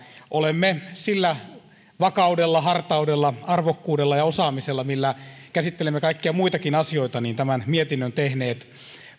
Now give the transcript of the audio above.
olemme sillä vakaudella hartaudella arvokkuudella ja osaamisella millä käsittelemme kaikkia muitakin asioita tämän mietinnön tehneet